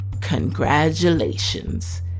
Congratulations